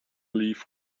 leaf